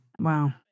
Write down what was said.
Wow